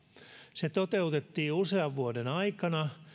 se toteutettiin usean vuoden aikana